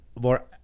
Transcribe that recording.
more